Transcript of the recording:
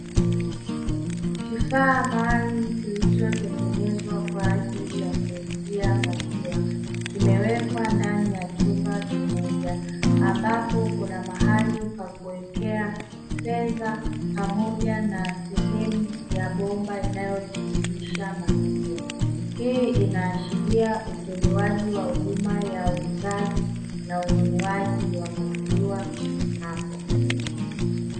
Kifaa maalum kilichotengenezwa kwa ajili ya kuzia maziwa kimewekwa ndani ya chumba kimoja ambapo kuna mahali pa kuwekea fedha pamoja na sehemu ya bomba inayotililisha maziwa. Hii inaashiria utolewaji wa huduma ya uuzaji na ununuaji wa maziwa hapo.